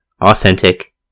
authentic